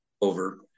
over